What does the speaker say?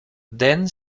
then